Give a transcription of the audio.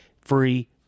free